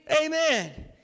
Amen